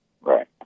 Right